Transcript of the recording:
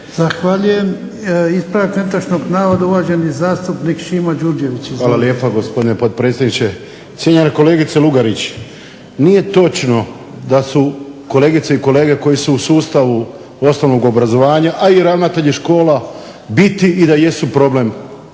Zahvaljujem. Ispravak netočnoga navoda uvaženi zastupnik Šimo Đurđević. **Đurđević, Šimo (HDZ)** Hvala lijepa gospodine potpredsjedniče. Cijenjena kolegice Lugarić nije točno da su kolegice i kolege koji su u sustavu osnovnog obrazovanja a i ravnatelji škola biti i da jesu problem